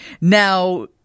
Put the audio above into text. Now